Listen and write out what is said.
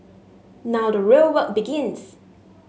now the real work begins